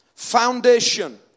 Foundation